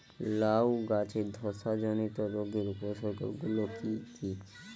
লাউ গাছের ধসা জনিত রোগের উপসর্গ গুলো কি কি?